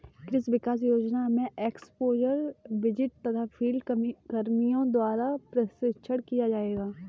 कृषि विकास योजना में एक्स्पोज़र विजिट तथा फील्ड कर्मियों द्वारा प्रशिक्षण किया जाएगा